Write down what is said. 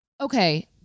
Okay